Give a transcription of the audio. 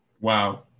Wow